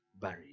buried